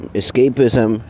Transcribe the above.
escapism